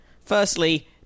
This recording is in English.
firstly